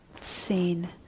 seen